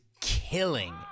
killing